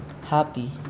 happy